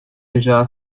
déjà